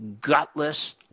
gutless